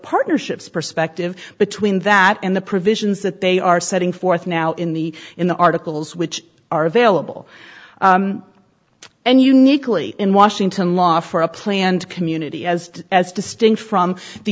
partnership's perspective but tween that and the provisions that they are setting forth now in the in the articles which are available and uniquely in washington law for a planned community as as distinct from the